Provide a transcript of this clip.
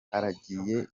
aragiye